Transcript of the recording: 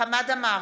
חמד עמאר,